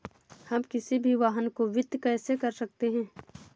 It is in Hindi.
हम किसी भी वाहन को वित्त कैसे कर सकते हैं?